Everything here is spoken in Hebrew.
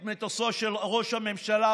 את מטוסו של ראש הממשלה,